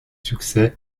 succès